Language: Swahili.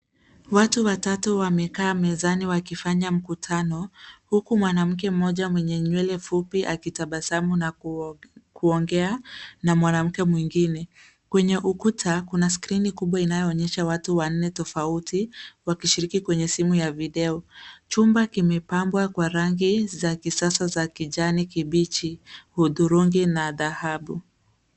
Watu watatu wamekaa mezani wakifanya mkutano huku mwanamke mmoja mwenye nywele fupi akitabasamu na kuongea na mwanamke mwingine. Kwenye ukuta kuna skrini kubwa inayoonyesha watu wanne tofauti wakishiriki kwenye simu ya video. Chumba kimepambwa kwa rangi za kisasa za kijani kibichi, hudhurungi na dhahabu.